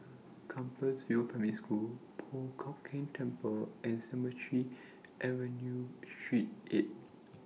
Compassvale Primary School Po Chiak Keng Temple and Cemetry Central Street eight